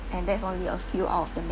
and that's only a few out of the